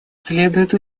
следует